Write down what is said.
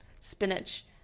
spinach